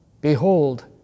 Behold